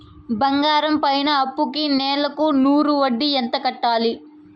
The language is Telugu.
బంగారం పైన అప్పుకి నెలకు నూరు వడ్డీ ఎంత కట్టాలి?